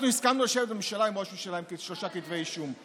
אנחנו הסכמנו לשבת בממשלה עם ראש ממשלה עם שלושה כתבי אישום,